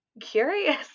curious